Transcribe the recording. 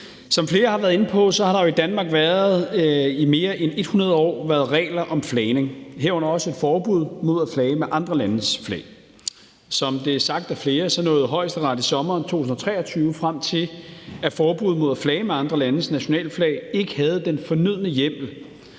Som flere har været inde på, har der jo i Danmark i mere end 100 år været regler om flagning, herunder også et forbud mod at flage med andre landes flag. Som det er sagt af flere, nåede Højesteret i sommeren 2023 frem til, at forbuddet mod at flage med andre landes nationalflag ikke havde den fornødne hjemmel.